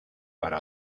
para